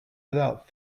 without